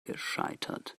gescheitert